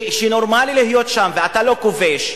שנורמלי להיות שם ואתה לא כובש,